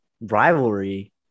rivalry